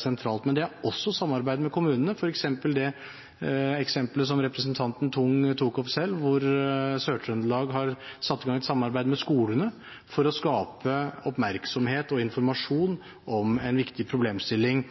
sentralt. Men det er også samarbeid med kommunene, f.eks. det eksemplet som representanten Tung tok opp selv, hvor Sør-Trøndelag har satt i gang et samarbeid med skolene for å skape oppmerksomhet og informasjon om en viktig problemstilling